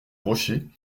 rochers